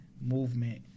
movement